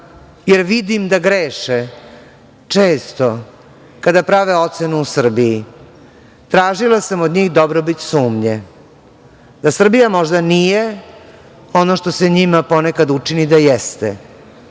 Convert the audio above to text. jer vidim da greše često kada prave ocenu o Srbiji. Tražila sam od njih dobrobit sumnje, da Srbija možda nije ono što se njima ponekad učini da jeste,